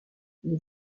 les